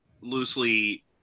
loosely